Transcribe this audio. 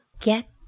get